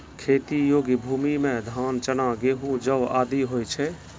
खेती योग्य भूमि म धान, चना, गेंहू, जौ आदि होय छै